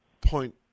point